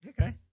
Okay